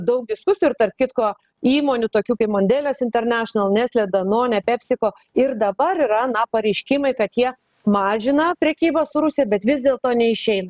daug diskusijų ir tarp kitko įmonių tokių kaip mondelez international nestle danone pepsico ir dabar yra na pareiškimai kad jie mažina prekybą su rusija bet vis dėlto neišeina